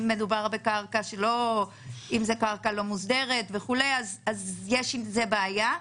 אם זאת קרקע לא מוסדרת וכו', יש עם זה בעיה.